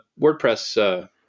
WordPress